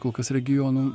kol kas regionu